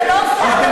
על מה אתה, ?